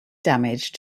damage